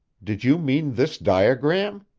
did you mean this diagram?